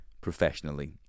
professionally